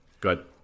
good